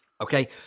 Okay